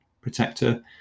protector